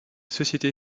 société